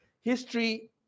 history